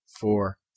four